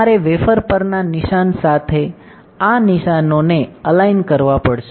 તમારે વેફર પરના નિશાન સાથે આ નિશાનોને અલાઈન કરવા પડશે